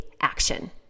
action